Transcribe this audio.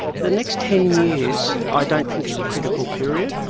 the next ten years i don't think is a critical period.